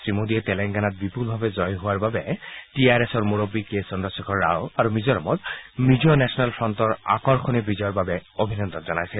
শ্ৰীমোডীয়ে তেলেংগানাত বিপুলভাৱে জয়ী হোৱা বাবে টি আৰ এছৰ মুৰববী কে চদ্ৰশ্বেখৰ ৰাও আৰু মিজোৰামত মিজো নেচনেল ফ্ৰণ্টৰ আকৰ্ষণীয় বিজয়ৰ বাবে অভিনন্দন জনাইছে